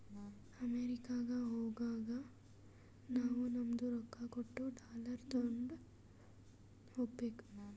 ಅಮೆರಿಕಾಗ್ ಹೋಗಾಗ ನಾವೂ ನಮ್ದು ರೊಕ್ಕಾ ಕೊಟ್ಟು ಡಾಲರ್ ತೊಂಡೆ ಹೋಗ್ಬೇಕ